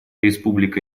республика